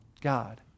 God